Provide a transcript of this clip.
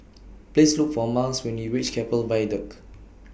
Please Look For Myles when YOU REACH Keppel Viaduct